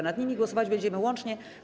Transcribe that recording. Nad nimi głosować będziemy łącznie.